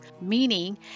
meaning